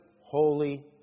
holy